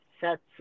sets